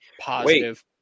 positive